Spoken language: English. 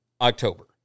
October